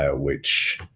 ah which